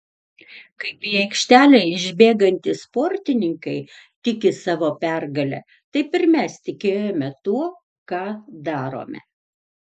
kaip į aikštelę išbėgantys sportininkai tiki savo pergale taip ir mes tikėjome tuo ką darome